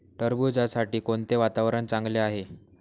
टरबूजासाठी कोणते वातावरण चांगले आहे?